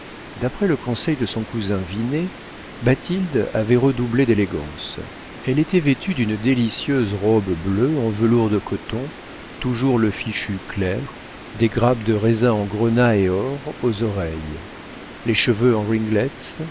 d'après le conseil de son cousin vinet bathilde avait redoublé d'élégance elle était vêtue d'une délicieuse robe bleue en velours de coton toujours le fichu clair des grappes de raisins en grenat et or aux oreilles les cheveux en